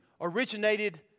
originated